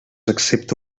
excepte